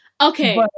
okay